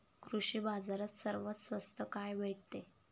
कृषी बाजारात सर्वात स्वस्त काय भेटते?